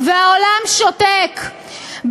והעולם שותק,